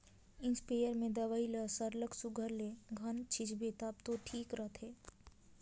spray में दवई ल सरलग सुग्घर ले घन छींचबे तब दो ठीक रहथे